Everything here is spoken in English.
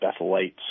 Bethelites